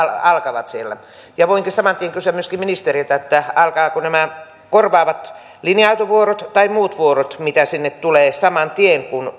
alkavat siellä voinkin saman tien kysyä myöskin ministeriltä alkavatko nämä korvaavat linja autovuorot tai muut vuorot mitä sinne tulee saman tien kun